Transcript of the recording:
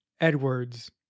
Edwards